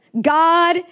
God